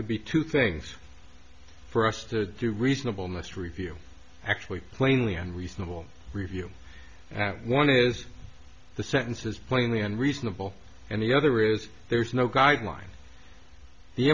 to be two things for us to do reasonable nest review actually plainly and reasonable review at one is the sentence is plainly and reasonable and the other is there's no guideline the